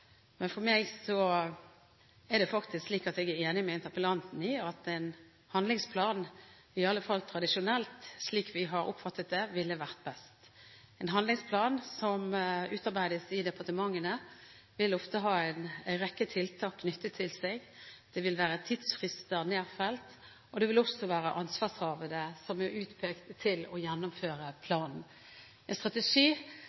men for meg er det faktisk slik at jeg er enig med interpellanten i at en handlingsplan, i alle fall tradisjonelt, slik vi har oppfattet det, ville vært best. En handlingsplan som utarbeides i departementene, vil ofte ha en rekke tiltak knyttet til seg. Det vil være tidsfrister nedfelt, og det vil også være ansvarshavende som er utpekt til å gjennomføre